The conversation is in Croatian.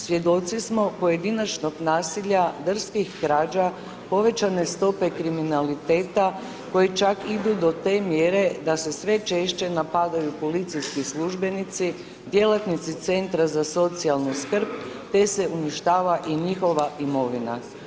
Svjedoci smo pojedinačnog nasilja drskih krađa, povećane stope kriminaliteta koji čak idu do te mjere da se sve češće napadaju policijski službenici, djelatnici Centra za socijalnu skrb, te se uništava i njihova imovina.